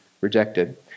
rejected